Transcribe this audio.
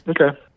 Okay